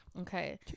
Okay